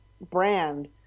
brand